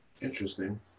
interesting